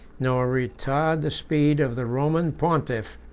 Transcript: nor retard the speed of the roman pontiff,